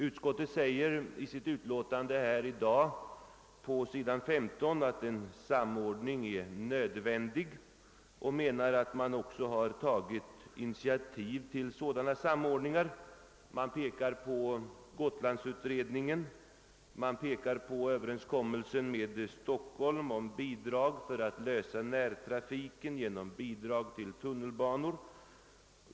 Utskottet uttalar nu i sitt utlåtande på s. 15 att en samordning är nödvändig och menar att olika initiativ till sådan samordning har tagits. Man pekar på gotlandstrafikutredningen och på överenskommelsen med Stockholms stad om lösande av närtrafikfrågan genom bidrag till tunnelbanor.